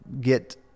get